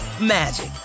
magic